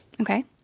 Okay